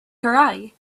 karate